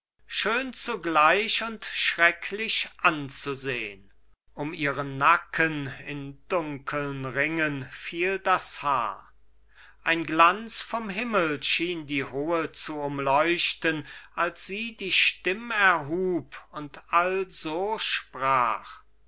schön zugleich und schrecklich anzusehn um ihren nacken in dunkeln ringen fiel das haar ein glanz vom himmel schien die hohe zu umleuchten als sie die stimm erhub und also sprach